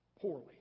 poorly